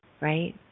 Right